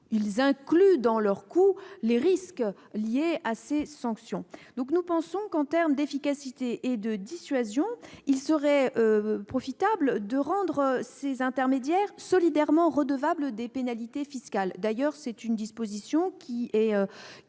ils incluent, dans leurs coûts, les risques liés à ces sanctions. Nous pensons que, en termes d'efficacité et de dissuasion, il serait profitable de rendre ces intermédiaires solidairement redevables des pénalités fiscales. Cette disposition est